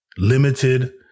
limited